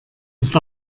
ist